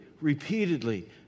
repeatedly